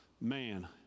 man